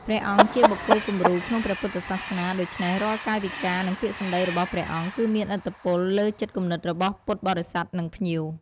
សម្របសម្រួលកិច្ចការសាសនា ក្នុងពិធីបុណ្យធំៗ ព្រះសង្ឃជាអ្នកសម្របសម្រួលកិច្ចការសាសនា និងដឹកនាំការបួងសួង ឬពិធីផ្សេងៗ។